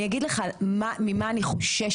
אני אגיד לך ממה אני חוששת,